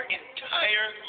entire